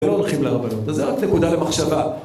ולא הולכים לרבנות, אז זו רק נקודה למחשבה.